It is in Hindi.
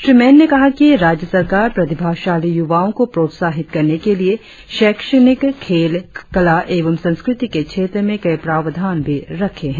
श्री मेन एन कहा कि राज्य सरकार प्रतिभाशाली युवाओं को प्रोत्साहित करने के लिए शैक्षणिक खेल कला एवं संस्कृति के क्षेत्र में कई प्रावधान भी रखे है